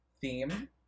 theme